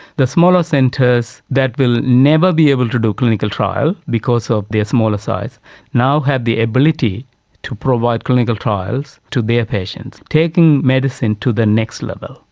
the smaller centres that will never be able to do clinical trial because of their smaller size now have the ability to provide clinical trials to their patients, taking medicine to the next level,